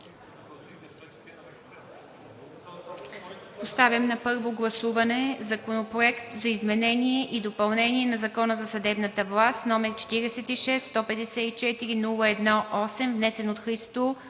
да приеме на първо гласуване Законопроект за изменение и допълнение на Закон за съдебната власт, № 46-154-01-8, внесен от народния